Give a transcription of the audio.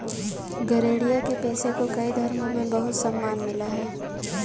गरेड़िया के पेशे को कई धर्मों में बहुत सम्मान मिला है